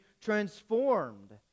transformed